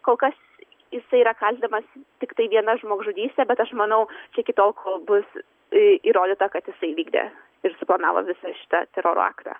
kol kas jisai yra kaltinamas tiktai viena žmogžudyste bet aš manau iki tol kol bus įrodyta kad jisai vykdė ir suplanavo visą šitą teroro aktą